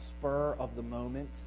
spur-of-the-moment